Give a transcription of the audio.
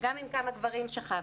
וגם עם כמה גברים שכבתי.